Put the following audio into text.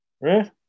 right